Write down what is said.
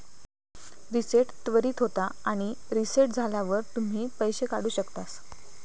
reset त्वरीत होता आणि रीसेट झाल्यावर तुम्ही पैशे काढु शकतास